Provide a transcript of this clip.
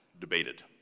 debated